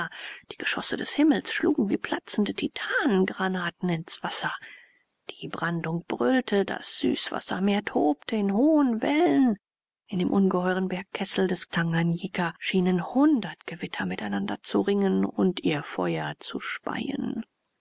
die geschosse des himmels schlugen wie platzende titanengranaten ins wasser die brandung brüllte das süßwassermeer tobte in hohen wellen in dem ungeheuren bergkessel des tanganjika schienen hundert gewitter miteinander zu ringen und ihr feuer zu speien